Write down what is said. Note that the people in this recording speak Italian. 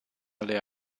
alle